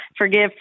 forgive